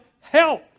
health